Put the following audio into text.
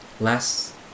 less